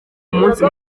umunsi